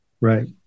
Right